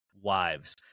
wives